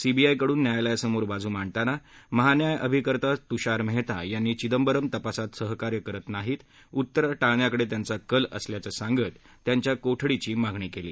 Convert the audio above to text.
सीबीआयकडून न्यायालयासमोर बाजू मांडताना महान्यायअभिकर्ता तुषार मेहता यांनी चिदंबरम तपासात सहकार्य करत नाहीत उत्तरं टाळण्याकडे त्यांचा कल असल्याचं सांगत त्यांच्या कोठडीची मागणी केली